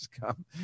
Come